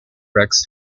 rex